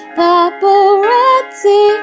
paparazzi